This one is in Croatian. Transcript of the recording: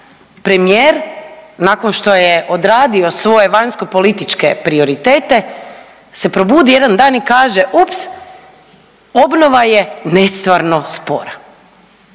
premijer nakon što je odradio svoje vanjskopolitičke prioritete se probudi jedan dan i kaže, ups obnova je nestvarno spora